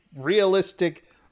realistic